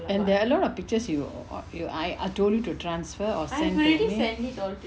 and there are a lot of pictures you I told you to transfer or send to me